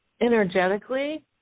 Energetically